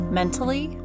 mentally